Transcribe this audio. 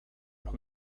who